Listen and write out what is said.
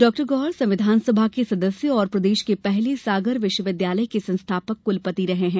डॉ गौर संविधान सभा के सदस्य और प्रदेश के पहले सागर विश्वविद्यालय के संस्थापक कुलपति रहे है